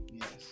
Yes